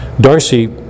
Darcy